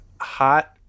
hot